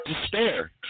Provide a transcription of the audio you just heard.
despair